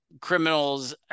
criminals